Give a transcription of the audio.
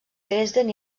dresden